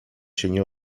się